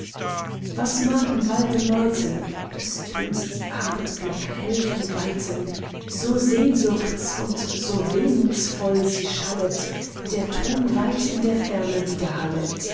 was mag im walde läuten es tönt die abendglocke hell vom weiten so sehnsuchts und so wehmuthsvoll sie schallet der ton weit in der ferne